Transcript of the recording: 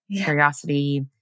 curiosity